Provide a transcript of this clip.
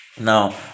Now